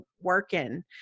working